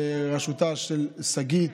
בראשותה של שגית,